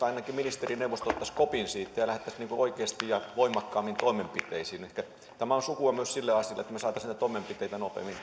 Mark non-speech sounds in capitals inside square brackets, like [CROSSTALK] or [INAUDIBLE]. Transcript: [UNINTELLIGIBLE] ainakin ministerineuvosto ottaisi kopin siitä ja lähdettäisiin oikeasti ja voimakkaammin toimenpiteisiin tämä on sukua myös sille asialle että saataisiin näitä toimenpiteitä nopeammin